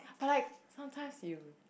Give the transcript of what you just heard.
but like sometimes you